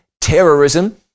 terrorism